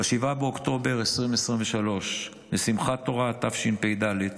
ב-7 באוקטובר 2023, בשמחת תורה התשפ"ד,